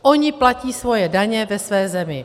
Oni platí svoje daně ve své zemi.